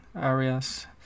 areas